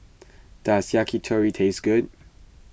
does Yakitori taste good